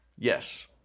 Yes